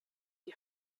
die